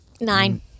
Nine